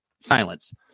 silence